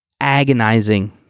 agonizing